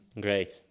Great